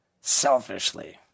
selfishly